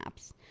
apps